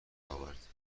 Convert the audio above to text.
آورد